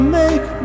make